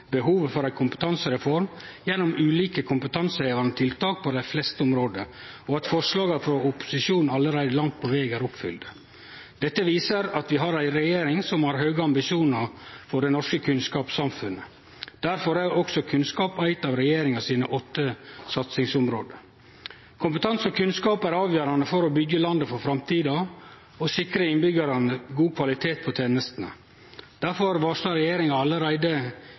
behovet for ei kompetansereform gjennom ulike kompetansehevande tiltak på dei fleste område, og at forslaga frå opposisjonen allereie langt på veg er oppfylte. Dette viser at vi har ei regjering som har høge ambisjonar for det norske kunnskapssamfunnet. Difor er også kunnskap eitt av regjeringa sine åtte satsingsområde. Kompetanse og kunnskap er avgjerande for å byggje landet for framtida og sikre innbyggjarane god kvalitet på tenestene. Difor varsla regjeringa allereie